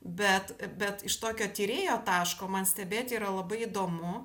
bet bet iš tokio tyrėjo taško man stebėti yra labai įdomu